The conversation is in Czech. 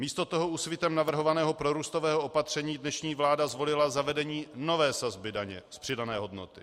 Místo toho Úsvitem navrhovaného prorůstového opatření dnešní vláda zvolila zavedení nové sazby daně z přidané hodnoty.